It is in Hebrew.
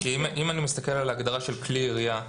כי אם אני מסתכל על ההגדרה של כלי ירייה,